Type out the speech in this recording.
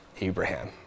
Abraham